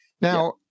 Now